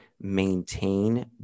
maintain